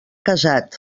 casat